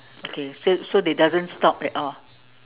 okay so so they doesn't stop at all